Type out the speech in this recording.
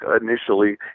initially